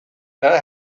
know